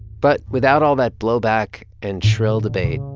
but without all that blowback and shrill debate,